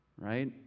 Right